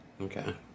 Okay